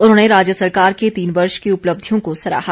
उन्होंने राज्य सरकार के तीन वर्ष की उपलब्धियों को सराहा